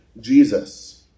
Jesus